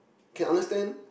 can understand